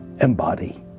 embody